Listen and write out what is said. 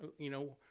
you know,